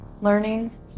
learning